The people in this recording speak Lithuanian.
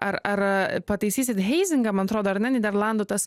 ar ar pataisysit heizingą man atrodo ar ne nyderlandų tas